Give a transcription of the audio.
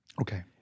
Okay